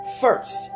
first